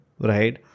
right